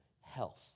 health